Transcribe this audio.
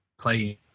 playing